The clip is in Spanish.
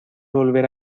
volver